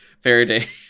faraday